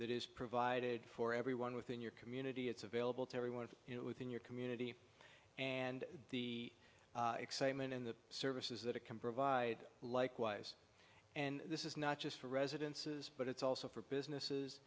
that is provided for everyone within your community it's available to everyone you know within your community and the excitement in the services that it can provide likewise and this is not just for residences but it's also for businesses